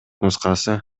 нускасы